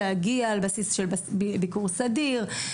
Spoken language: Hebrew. להגיע על בסיס של ביקור סדיר,